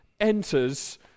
enters